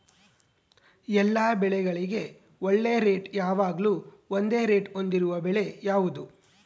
ಎಲ್ಲ ಬೆಳೆಗಳಿಗೆ ಒಳ್ಳೆ ರೇಟ್ ಯಾವಾಗ್ಲೂ ಒಂದೇ ರೇಟ್ ಹೊಂದಿರುವ ಬೆಳೆ ಯಾವುದು?